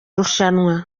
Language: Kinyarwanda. rushanwa